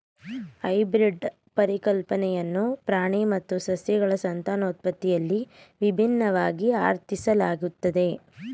hybrid ಪರಿಕಲ್ಪನೆಯನ್ನ ಪ್ರಾಣಿ ಮತ್ತು ಸಸ್ಯಗಳ ಸಂತಾನೋತ್ಪತ್ತಿಯಲ್ಲಿ ವಿಭಿನ್ನವಾಗಿ ಅರ್ಥೈಸಲಾಗುತ್ತೆ